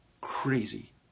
crazy